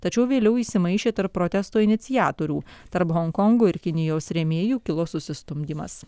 tačiau vėliau įsimaišė tarp protesto iniciatorių tarp honkongo ir kinijos rėmėjų kilo susistumdymas